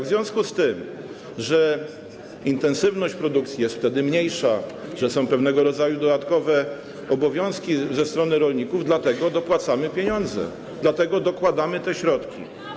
W związku z tym, że intensywność produkcji jest wtedy mniejsza, że są pewnego rodzaju dodatkowe obowiązki ze strony rolników, dopłacamy pieniądze, dlatego dokładamy te środki.